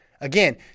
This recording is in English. Again